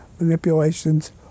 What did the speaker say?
manipulations